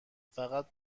فقط